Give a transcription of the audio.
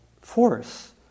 force